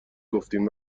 گفتیم